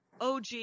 OG